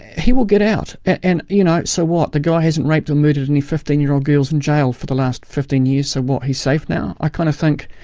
he will get out. and you know so what? the guy hasn't raped and murdered any fifteen year old girls in jail for the last fifteen years, so what, he's safe now? i kind of think,